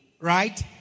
Right